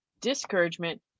discouragement